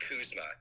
Kuzma